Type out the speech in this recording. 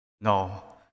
no